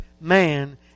man